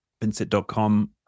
Vincent.com